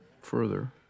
further